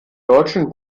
deutschen